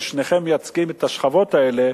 ששניכם מייצגים את השכבות האלה,